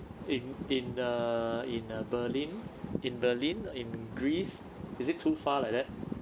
in in uh in uh berlin in berlin in greece is it too far like that